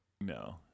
No